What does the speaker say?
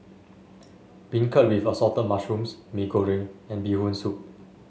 beancurd with Assorted Mushrooms Mee Goreng and Bee Hoon Soup